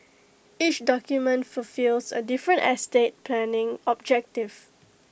each document fulfils A different estate planning objective